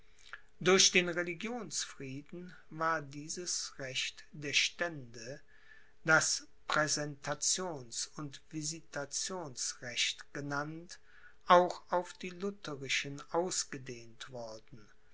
durch den religionsfrieden war dieses recht der stände das präsentations und visitationsrecht genannt auch auf die lutherischen ausgedehnt worden